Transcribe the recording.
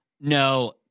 No